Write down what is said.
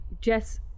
Jess